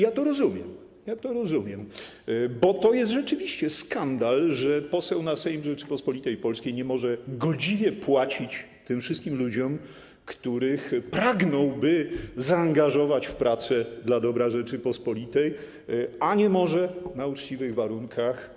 I ja to rozumiem, bo to jest rzeczywiście skandal, że poseł na Sejm Rzeczypospolitej Polskiej nie może godziwie płacić tym wszystkim ludziom, których pragnąłby zaangażować w pracę dla dobra Rzeczypospolitej, a nie może na uczciwych warunkach.